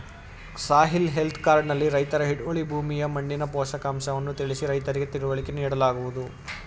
soil health card ನಲ್ಲಿ ರೈತರ ಹಿಡುವಳಿ ಭೂಮಿಯ ಮಣ್ಣಿನ ಪೋಷಕಾಂಶವನ್ನು ತಿಳಿಸಿ ರೈತರಿಗೆ ತಿಳುವಳಿಕೆ ನೀಡಲಾಗುವುದು